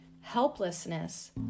helplessness